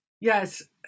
Yes